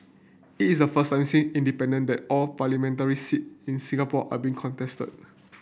it is the first time independent all parliamentary seat in Singapore are being contested